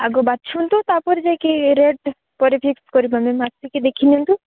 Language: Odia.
ଆଗ ବାଛନ୍ତୁ ତାପରେ ଯାଇକି ରେଟ୍ଟା ପରେ ଫିକ୍ସ କରିବା ଆସିକି ଦେଖିନିଅନ୍ତୁ